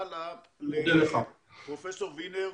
אין סוף מחלות וסימפטומים נקשרו בספרות